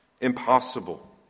impossible